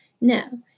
No